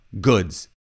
goods